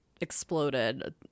exploded